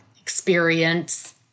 experience